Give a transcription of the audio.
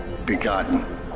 begotten